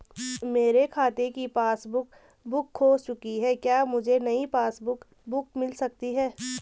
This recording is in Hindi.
मेरे खाते की पासबुक बुक खो चुकी है क्या मुझे नयी पासबुक बुक मिल सकती है?